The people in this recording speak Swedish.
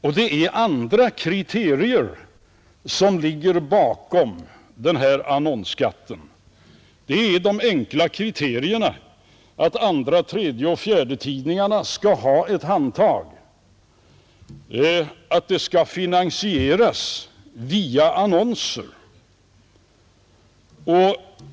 Och det är andra kriterier som ligger bakom annonsskatten. Det är de enkla kriterierna att andra-, tredjeoch fjärdetidningarna skall ha ett handtag och att det skall finansieras via annonser.